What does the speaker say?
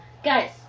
Guys